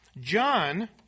John